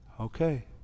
Okay